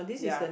ya